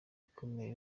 ikomeye